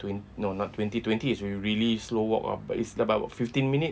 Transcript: twen~ no not twenty twenty is really slow walk ah but it's about fifteen minutes